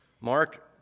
Mark